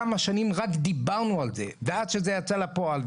כמה שנים רק דיברנו על זה ועד שזה יצא לפועל,